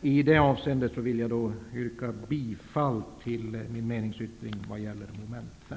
I det avseendet vill jag yrka bifall till min meningsyttring vad gäller mom. 5.